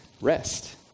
rest